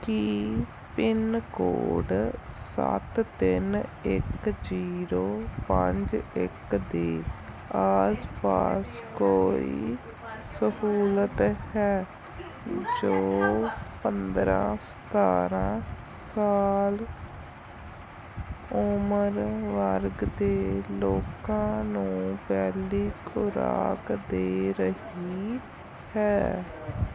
ਕੀ pin code ਸੱਤ ਤਿੰਨ ਇੱਕ ਜ਼ੀਰੋ ਪੰਜ ਇੱਕ ਦੇ ਆਸ ਪਾਸ ਕੋਈ ਸਹੂਲਤ ਹੈ ਜੋ ਪੰਦਰ੍ਹਾਂ ਸਤਾਰ੍ਹਾਂ ਸਾਲ ਉਮਰ ਵਰਗ ਦੇ ਲੋਕਾਂ ਨੂੰ ਪਹਿਲੀ ਖੁਰਾਕ ਦੇ ਰਹੀ ਹੈ